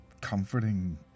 comforting